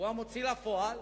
הוא המוציא לפועל